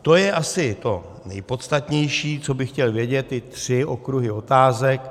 To je asi to nejpodstatnější, co bych chtěl vědět, ty tři okruhy otázek.